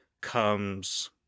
comes